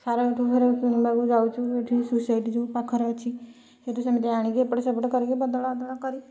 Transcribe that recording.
ସାର ହେଠୁ ଫେରେ କିଣିବାକୁ ଯାଉଛୁ ଏଇଠି ସୁସାଇଟ ଯେଉଁ ପାଖରେ ଅଛି ହେଠୁ ସେମିତି ଆଣିକି ଏପଟ ସେପଟ କରିକି ବଦଳ ଅଦଳ କରି